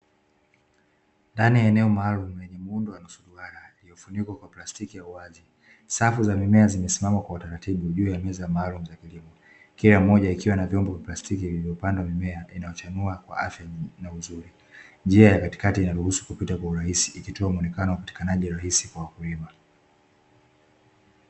Ndani ya eneo maalumu lenye muundo wa nusu duara lililofunikwa kwa plastiki ya uwazi, safu za mimea zimesimama kwa utaratibu juu ya meza maalumu za kilimo, kila moja ikiwa na vyombo vya plastiki vilivyopandwa mimea inayochanua kwa afya na uzuri; njia ya katikati inaruhusu kupita kwa urahisi ikitoa muonekano wa upatikanaji rahisi kwa wakulima.